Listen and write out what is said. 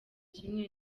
kimwe